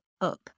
up